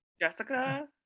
Jessica